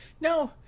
No